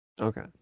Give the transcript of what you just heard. Okay